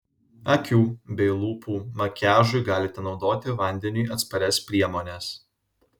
akių bei lūpų makiažui galite naudoti vandeniui atsparias priemones